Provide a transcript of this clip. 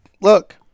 Look